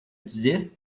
dizer